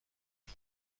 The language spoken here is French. une